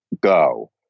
go